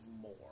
more